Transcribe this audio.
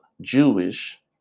Jewish